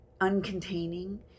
uncontaining